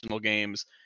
games